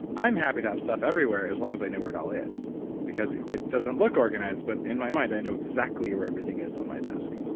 i'm happy to have stuff everywhere as long as i know where it all is because it doesn't look organized, but, in my mind, i know exactly where everything is on my desk,